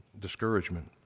discouragement